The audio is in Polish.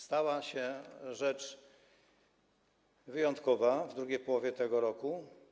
Stała się rzecz wyjątkowa w drugiej połowie tego roku.